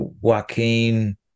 Joaquin